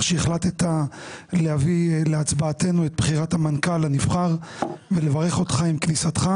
שהחלטת להביא להצבעתנו את בחירת המנכ"ל הנבחר ולברך אותך עם כניסתך.